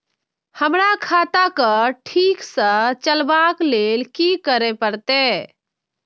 हमरा खाता क ठीक स चलबाक लेल की करे परतै